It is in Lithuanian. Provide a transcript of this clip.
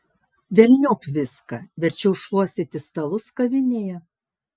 velniop viską verčiau šluostyti stalus kavinėje